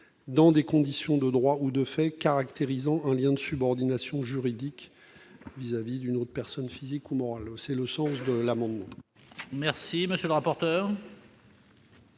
dans des conditions de droit ou de fait caractérisant un lien de subordination juridique vis-à-vis d'une autre personne physique ou morale. Quel est l'avis de